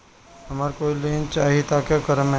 हमरा कोई लोन चाही त का करेम?